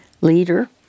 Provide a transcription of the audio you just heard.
leader